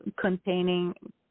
containing